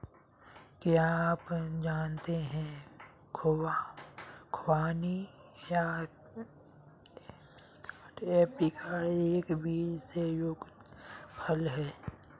क्या आप जानते है खुबानी या ऐप्रिकॉट एक बीज से युक्त फल है?